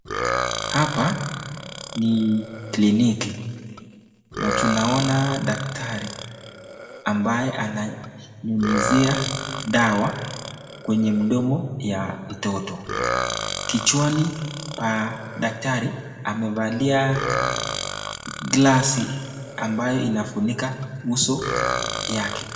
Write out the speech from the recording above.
Hapa ni kliniki na tunaona daktari ambaye ananyunyizia dawa kwenye mdomo ya mtoto. Kichwani pa daktari, amevalia glasi ambayo inafunika uso yake.